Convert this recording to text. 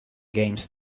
games